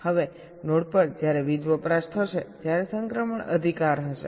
હવે નોડ પર જ્યારે વીજ વપરાશ થશે જ્યારે સંક્રમણ અધિકાર હશે